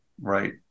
right